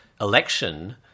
election